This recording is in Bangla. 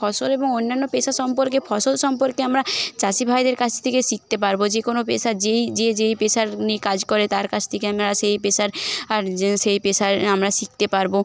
ফসল এবং অন্যান্য পেশা সম্পর্কে ফসল সম্পর্কে আমরা চাষিভাইদের কাছ থেকেই শিখতে পারবো যেকোনো পেশা যেই যে যেই পেশার নিয়ে কাজ করে তার কাছ থেকে আমরা সেই পেশার সেই পেশার আমরা শিখতে পারবো